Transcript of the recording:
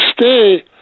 stay